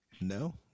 No